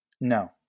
No